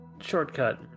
shortcut